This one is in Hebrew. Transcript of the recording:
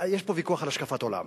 יש פה ויכוח על השקפת עולם.